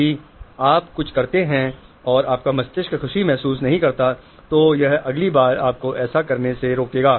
यदि आप कुछ करते हैं और आपका मस्तिष्क खुशी महसूस नहीं करता है तो यह अगली बार आपको ऐसा करने से रोकेगा